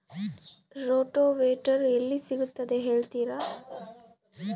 Rotavator ಎಲ್ಲಿ ಸಿಗುತ್ತದೆ ಹೇಳ್ತೇರಾ?